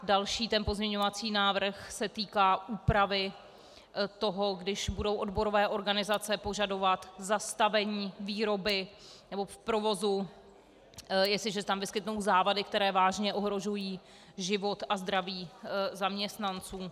Další pozměňovací návrh se týká úpravy toho, když budou odborové organizace požadovat zastavení výroby nebo provozu, jestliže se tam vyskytnou závady, které vážně ohrožují život a zdraví zaměstnanců.